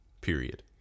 period